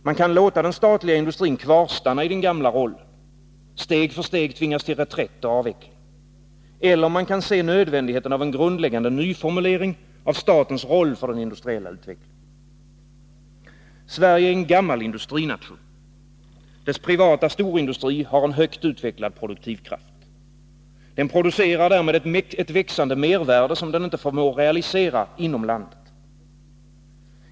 Man kan låta den statliga industrin kvarstanna i den gamla rollen, steg för steg tvingas till reträtt och avveckling. Eller man kan inse nödvändigheten av en grundläggande nyformulering av statens roll för den industriella utvecklingen. Sverige är en gammal industrination. Dess privata storindustri har en högt utvecklad produktivkraft. Den producerar därmed ett växande mervärde, som den inte förmår realisera inom landet.